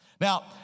Now